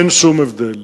אין שום הבדל.